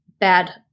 bad